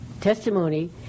testimony